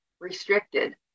restricted